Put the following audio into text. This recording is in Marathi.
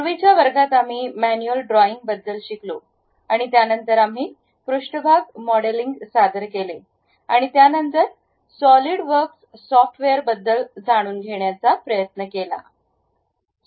पूर्वीच्या वर्गात आम्ही मॅन्युअल ड्रॉइंग बद्दल शिकलो आणि त्यानंतर आम्ही पृष्ठभाग मॉडेलिंग सादर केले त्यानंतर सॉलीडवर्क्स सॉफ्टवेअरबद्दल जाणून घेण्याचा प्रयत्न केला